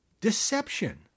deception